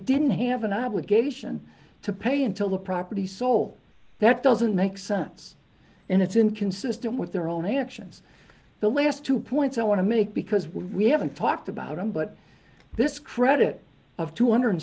didn't have an obligation to pay until the property sold that doesn't make sense and it's inconsistent with their own actions the last two points i want to make because we haven't talked about them but this credit of two hundred